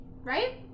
right